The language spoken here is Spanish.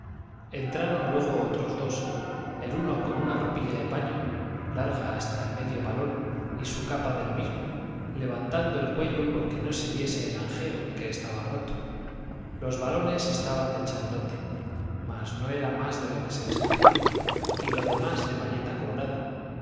entraron luego otros dos el uno con una ropilla de paño larga hasta el medio valón y su capa de lo mismo levantando el cuello porque no se viese el anjeo que estaba roto los valones eran de chamelote mas no era más de lo que se descubría y lo demás de bayeta colorada